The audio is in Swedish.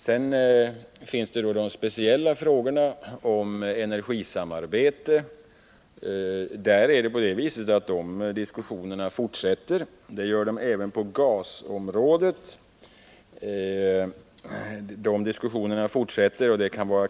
Det finns i dessa sammanhang speciella frågor som har dragit uppmärksamheten till sig, t.ex. frågan om energisamarbete. Diskussionerna på såväl oljesom gasområdet fortsätter.